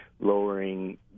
lowering